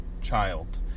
child